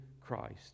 Christ